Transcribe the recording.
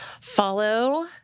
follow